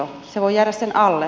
se voi jäädä sen alle